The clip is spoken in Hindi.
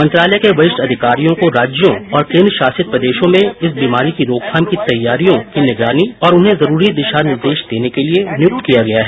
मंत्रालय के वरिष्ठ अधिकारियों को राज्यो और केन्द्रशासित प्रदेशों में इस बीमारी की रोकथाम की तैयारियों की निगरानी और उन्हें जरूरी दिशा निर्देश देने के लिए नियुक्त किया गया है